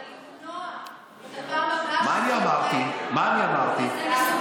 אלא למנוע את הפעם הבאה שזה יקרה.